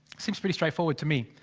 seems pretty straightforward to me,